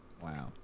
Wow